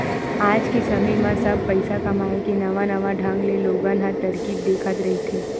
आज के समे म सब पइसा कमाए के नवा नवा ढंग ले लोगन ह तरकीब देखत रहिथे